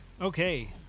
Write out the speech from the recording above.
Okay